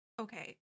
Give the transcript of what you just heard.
Okay